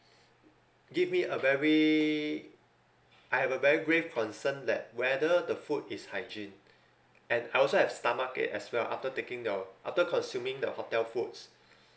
give me a very I have a very grave concern that whether the food is hygiene and I also have stomachache as well after taking the after consuming the hotel foods